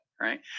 Right